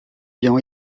ayant